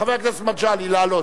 חבר הכנסת מגלי, לעלות.